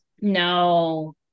No